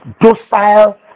docile